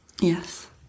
Yes